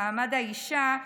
למעמד האישה,